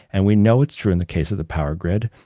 and we know it's true in the case of the power grid,